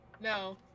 No